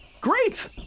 great